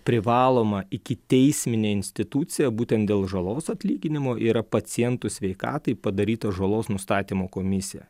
privaloma ikiteisminė institucija būtent dėl žalos atlyginimo yra pacientų sveikatai padarytos žalos nustatymo komisija